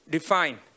Define